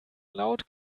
laut